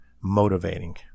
motivating